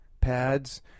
pads